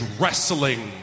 wrestling